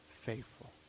faithful